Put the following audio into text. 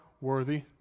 worthy